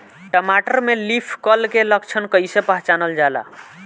टमाटर में leaf curl के लक्षण कइसे पहचानल जाला?